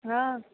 हँ